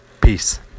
peace